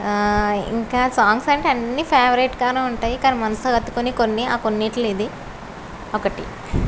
ఇంకా సాంగ్స్ అంటే అన్ని ఫేవరెట్ గానే ఉంటాయి కానీ మనసుకు హత్తుకొని కొన్ని ఆ కొన్నింట్లో ఇది ఒకటి